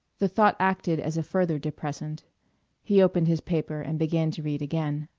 the thought acted as a further depressant he opened his paper and began to read again.